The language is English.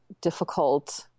difficult